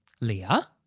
Leah